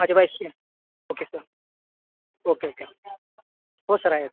माझ्या वाईफशी okay sir okay okay हो सर आहे